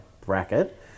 bracket